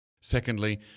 Secondly